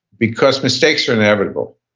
because mistakes are inevitable.